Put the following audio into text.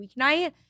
weeknight